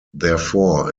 therefore